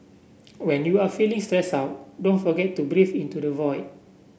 when you are feeling stress out don't forget to breathe into the void